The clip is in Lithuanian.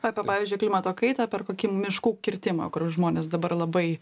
apie pavyzdžiui klimato kaitą per kokį miškų kirtimą kur žmonės dabar labai